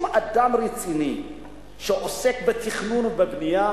שום אדם רציני שעוסק בתכנון ובבנייה